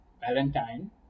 Valentine